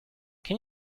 can